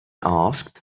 asked